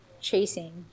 chasing